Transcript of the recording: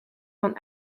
van